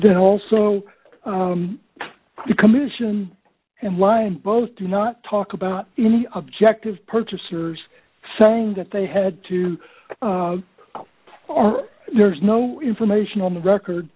then also the commission and line both do not talk about any objective purchasers saying that they had to are there is no information on the record